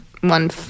one